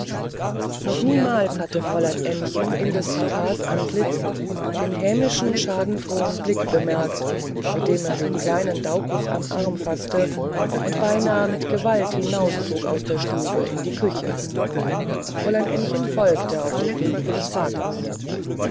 noch niemals hatte fräulein ännchen in des papas antlitz den hämischen schadenfrohen blick bemerkt mit dem er den kleinen daucus beim arm faßte und beinahe mit gewalt hinauszog aus der stube in die küche fräulein ännchen folgte auf den wink des vaters